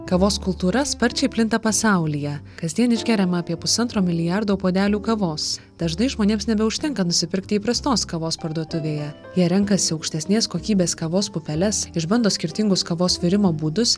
kavos kultūra sparčiai plinta pasaulyje kasdien išgeriama apie pusantro milijardo puodelių kavos dažnai žmonėms nebeužtenka nusipirkti įprastos kavos parduotuvėje jie renkasi aukštesnės kokybės kavos pupeles išbando skirtingus kavos virimo būdus